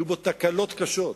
יהיו בו תקלות קשות,